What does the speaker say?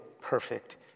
perfect